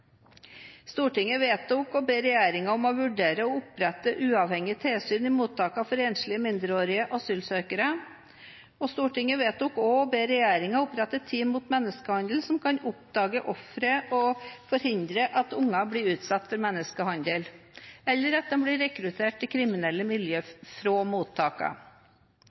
Stortinget vedtok å be regjeringen om å vurdere å opprette uavhengige tilsyn i mottakene for enslige mindreårige asylsøkere. Stortinget vedtok også å be regjeringen opprette team mot menneskehandel som kan oppdage ofre og forhindre at barn blir utsatt for menneskehandel eller rekruttert til kriminelle miljøer fra mottakene. Begge forslagene er altså nært knyttet opp til